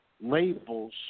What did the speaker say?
Labels